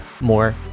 more